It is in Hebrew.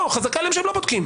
לא, חזקה עליהם שהם לא בודקים.